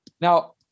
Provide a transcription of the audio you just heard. Now